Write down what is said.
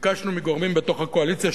ביקשנו מגורמים בתוך הקואליציה,